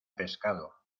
pescado